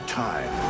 time